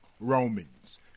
Romans